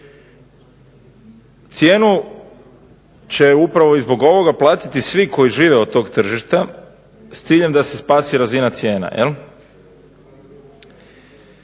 Cijenu će upravo zbog ovoga platiti svi koji žive od toga tržišta s ciljem da se spasi razina cijena.